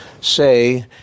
Say